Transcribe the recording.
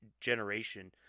generation